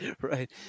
Right